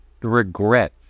regret